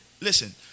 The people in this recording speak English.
Listen